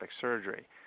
surgery